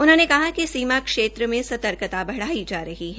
उन्होंने कहा कि सीमा क्षेत्र में सर्तकता बढ़ाई जा रही है